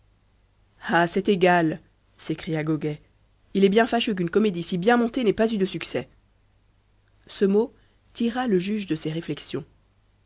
ah c'est égal s'écria goguet il est bien fâcheux qu'une comédie si bien montée n'ait pas eu de succès ce mot tira le juge de ses réflexions